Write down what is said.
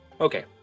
okay